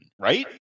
Right